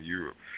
Europe